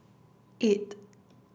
eight